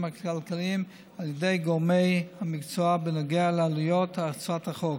הכלכליים על ידי גורמי המקצוע בנוגע לעלויות הצעת החוק.